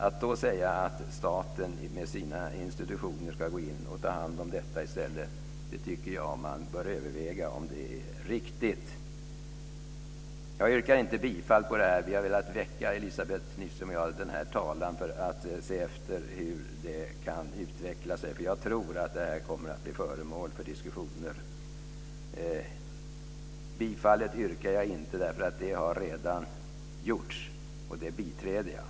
Jag tycker att man bör överväga om det är riktigt att då säga att staten med sina institutioner ska gå in och ta hand om detta i stället. Jag yrkar inte bifall till det här förslaget. Elizabeth Nyström och jag har velat väcka frågan för att se hur den kan utveckla sig. Jag tror att den kommer att bli föremål för diskussioner. Jag yrkar inte bifall därför att det har redan gjorts, och jag biträder det yrkandet.